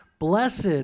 Blessed